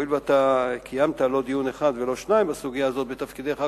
הואיל וקיימת לא דיון אחד ולא שניים בסוגיה הזאת בתפקידיך הקודמים,